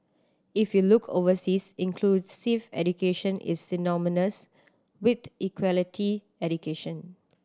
if you look overseas inclusive education is synonymous with equality education